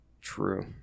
True